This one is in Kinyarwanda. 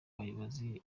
bayobozi